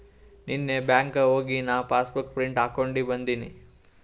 ನೀನ್ನೇ ಬ್ಯಾಂಕ್ಗ್ ಹೋಗಿ ನಾ ಪಾಸಬುಕ್ ಪ್ರಿಂಟ್ ಹಾಕೊಂಡಿ ಬಂದಿನಿ